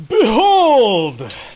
Behold